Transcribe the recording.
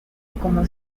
como